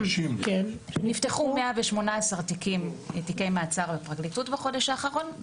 נפתחו 118 תיקי מעצר בפרקליטות בחודש האחרון,